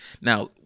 Now